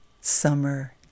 summer